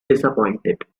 disappointed